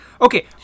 Okay